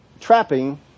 trapping